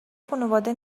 خانواده